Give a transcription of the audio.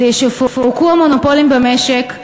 כדי שיפורקו המונופולים במשק,